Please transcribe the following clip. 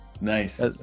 Nice